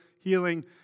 healing